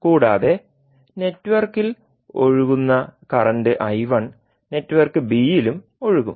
കൂടാതെ നെറ്റ്വർക്കിൽ ഒഴുകുന്ന കറന്റ് നെറ്റ്വർക്ക് ബിയിലും ഒഴുകും